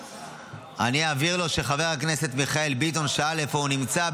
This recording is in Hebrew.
אני אעביר לו שחבר הכנסת מיכאל ביטון שאל איפה הוא נמצא,